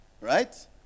right